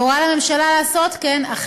והוא הורה לממשלה לעשות כן,